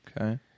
Okay